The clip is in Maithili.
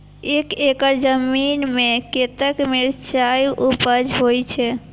एक एकड़ जमीन में कतेक मिरचाय उपज होई छै?